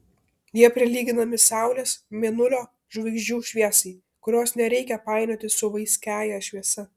jie prilyginami saulės mėnulio žvaigždžių šviesai kurios nereikia painioti su vaiskiąja šviesa